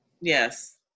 Yes